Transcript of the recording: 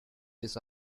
this